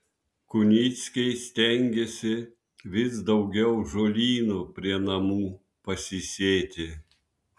kunickiai stengiasi vis daugiau žolynų prie namų pasisėti